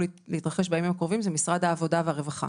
להתרחש בימים הקרובים זה משרד העבודה והרווחה.